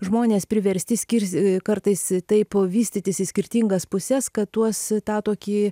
žmonės priversti skirs kartais taip vystytis į skirtingas puses kad tuos tą tokį